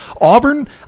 Auburn